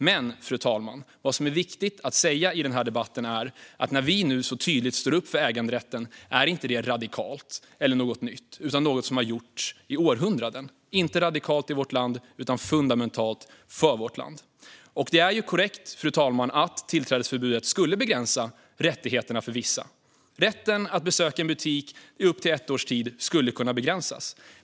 Men vad som är viktigt att säga i den här debatten är att när vi nu så tydligt står upp för äganderätten är inte det radikalt eller något nytt utan något som har gjorts i århundraden - inte radikalt i vårt land utan fundamentalt för vårt land. Det är korrekt, fru talman, att tillträdesförbudet skulle begränsa rättigheterna för vissa. Rätten att besöka en butik i upp till ett års tid skulle kunna begränsas.